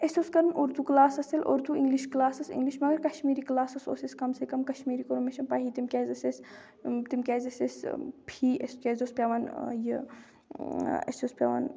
اَسہِ اوس کَرُن تیٚلہِ اردو کلاسَس تیٚلہِ اردو اِنگلِش کٕلاسَس اِنگلِش مگر کَشمیٖری کٕلاسَس اوس اَسہِ کَم سے کَم کَشمیٖری کَرُن مےٚ چھَنہٕ پَیی تِم کیازِ ٲسۍ اَسہِ تِم کیازِ ٲسۍ اَسہِ فی اَسہِ کیازِ اوس پٮ۪وان یہِ اَسہِ اوس پٮ۪وَن